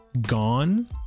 gone